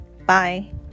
bye